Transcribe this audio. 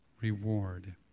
reward